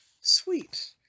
sweet